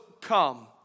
come